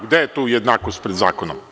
Gde je tu jednakost pred zakonom?